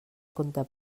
compte